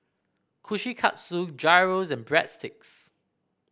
Kushikatsu Gyros and Breadsticks